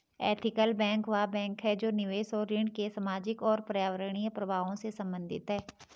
ethical bank वह bank है जो निवेश और ऋण के सामाजिक और पर्यावरणीय प्रभावों से संबंधित है